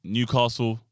Newcastle